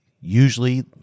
usually